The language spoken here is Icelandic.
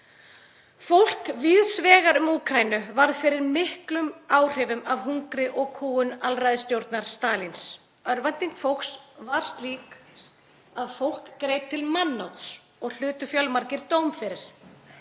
Fólk víðs vegar um Úkraínu varð fyrir miklum áhrifum af hungri og kúgun alræðisstjórnar Stalíns. Örvænting fólks var slík að það greip til mannáts og hlutu fjölmargir dóm fyrir.